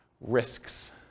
Risks